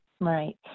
Right